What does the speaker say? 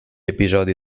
episodi